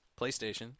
PlayStation